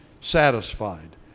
Satisfied